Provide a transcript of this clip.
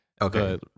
Okay